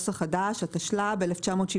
התשל"ב 1972